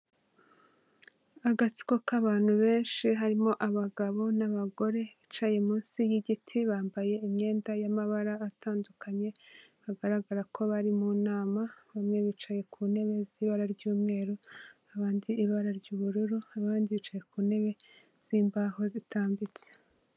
Agatsiko k'abantu benshi harimo abagabo n'abagore bicaye munsi y'igiti, bambaye imyenda y'amabara atandukanye, bagaragara ko bari mu nama, bamwe bicaye ku ntebe z'ibara ry'umweru, abandi ibara ry'ubururu, abandi bicaye ku ntebe z'imbaho, zitambitse.